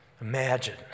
Imagine